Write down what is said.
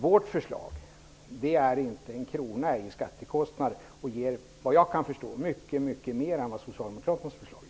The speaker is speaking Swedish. Vårt förslag innebär inte en krona i skattekostnader och ger, såvitt jag kan förstå, mycket mera än socialdemokraternas förslag.